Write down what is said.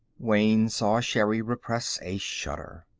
wayne saw sherri repress a shudder.